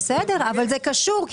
זה קשור.